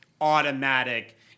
automatic